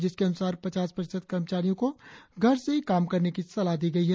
जिसके अनुसार पचास प्रतिशत कर्मचारियों को घर से ही काम करने की सलाह दी गई है